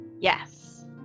Yes